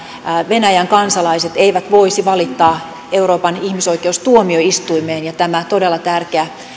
venäjän kansalaiset eivät voisi valittaa euroopan ihmisoikeustuomioistuimeen ja tämä todella tärkeä